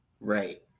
Right